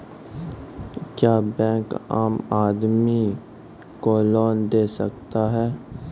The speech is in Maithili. क्या बैंक आम आदमी को लोन दे सकता हैं?